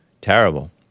Terrible